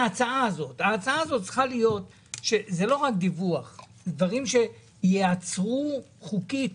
ההצעה הזאת צריכה להיות לא רק דיווח אלא דברים שייעצרו חוקית